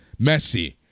Messi